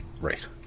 Right